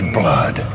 blood